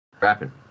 rapping